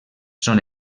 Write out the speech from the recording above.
són